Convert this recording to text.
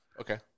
Okay